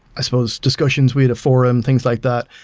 as well as discussions. we had a forum, things like that.